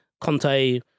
Conte